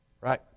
right